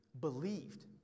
believed